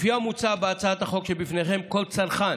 לפי המוצע בהצעת החוק שבפניכם, כל צרכן